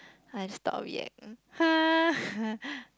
I stop reacting !huh!